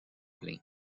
plein